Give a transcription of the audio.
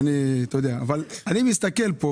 אני מסתכל.